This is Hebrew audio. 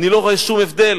אני לא רואה שום הבדל.